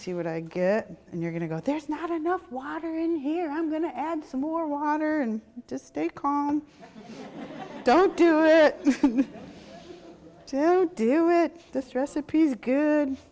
see what i get and you're going to go there's not enough water in here i'm going to add some more water to stay calm don't do it to do it this recipe is good